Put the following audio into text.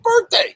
birthday